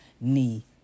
knee